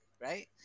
right